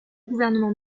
gouvernement